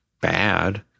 bad